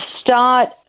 start